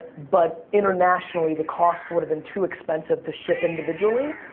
but internationally, the cost would have been too expensive to ship individually,